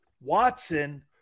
Watson